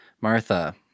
Martha